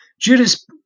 judas